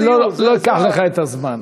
אני לא אקח לך את הזמן,